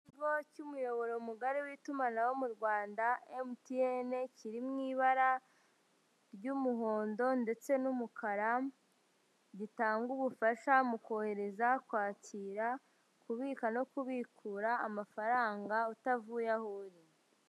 Ikigo cy'umuyoboro mugari w'itumanaho mu Rwanda MTN, kiri ibara ry'umuhondo ndetse n'umukara, gitanga ubufasha mu kohereza, kwakira, kubika no kubikura amafaranga utavuye aho uri.